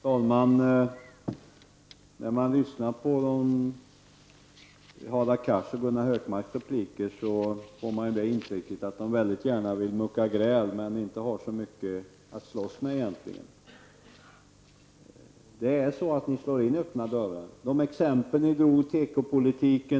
Fru talman! När man lyssnar till Hadar Cars och Gunnar Hökmarks repliker får man intrycket att de väldigt gärna vill mucka gräl men egentligen inte har så mycket att slåss med. Ni slår in öppna dörrar med de exempel ni tog från tekopolitiken.